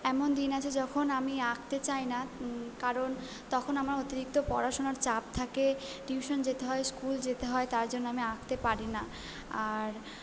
এমন দিন আছে যখন আমি আঁকতে চাই না কারণ তখন আমার অতিরিক্ত পড়াশোনার চাপ থাকে টিউশন যেতে হয় স্কুল যেতে হয় তার জন্য আমি আঁকতে পারি না আর